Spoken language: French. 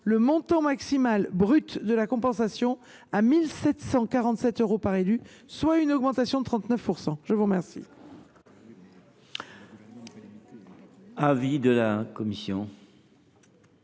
le montant maximal brut de la compensation à 1 747 euros par élu, soit une augmentation de 39 %. Quel est l’avis de la commission ?